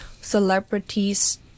celebrities